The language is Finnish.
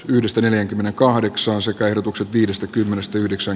yhdistyneiden kymmenen kahdeksan sekä ehdotukset viidestäkymmenestä yhdeksän